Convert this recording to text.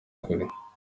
kure